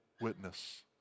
witness